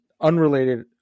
unrelated